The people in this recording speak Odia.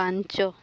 ପାଞ୍ଚ